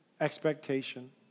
expectation